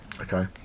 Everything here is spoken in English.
Okay